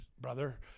brother